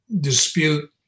dispute